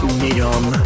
neon